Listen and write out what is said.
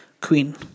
queen